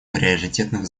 приоритетных